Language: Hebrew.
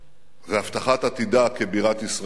והבטחת עתידה כבירת ישראל המאוחדת.